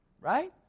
right